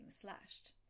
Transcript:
slashed